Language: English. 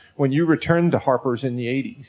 when you returned to harper's in the eighty